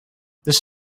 this